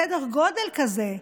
בסדר גודל כזה,